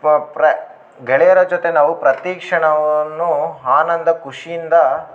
ಪ ಪ್ರಾ ಗೆಳೆಯರ ಜೊತೆ ನಾವು ಪ್ರತಿಕ್ಷಣವನ್ನು ಆನಂದ ಖುಷಿಯಿಂದ